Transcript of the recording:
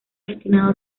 destinado